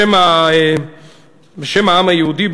בשם העם היהודי,